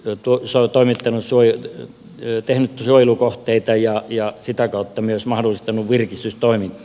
en tuota saattoi hetkenä myös tehnyt suojelukohteita ja sitä kautta myös mahdollistanut virkistystoimintaa